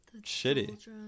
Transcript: shitty